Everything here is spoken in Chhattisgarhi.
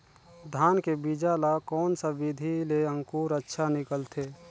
धान के बीजा ला कोन सा विधि ले अंकुर अच्छा निकलथे?